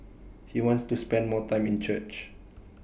he wants to spend more time in church